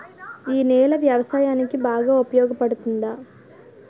ఈ నేల వ్యవసాయానికి బాగా ఉపయోగపడుతుందా?